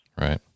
right